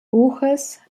buches